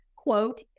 quote